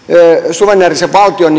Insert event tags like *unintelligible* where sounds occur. suvereenisen valtion *unintelligible*